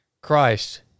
Christ